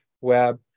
web